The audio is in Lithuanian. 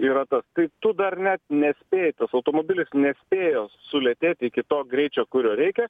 yra tas tai tu dar net nespėji tas automobilis nespėjo sulėtėt iki to greičio kuriuo reikia